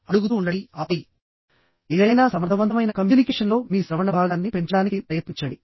అడుగుతూ ఉండండి ఆపై ఏదైనా సమర్థవంతమైన కమ్యూనికేషన్లో మీ శ్రవణ భాగాన్ని పెంచడానికి ప్రయత్నించండి